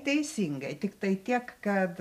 teisingai tiktai tiek kad